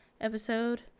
episode